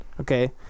Okay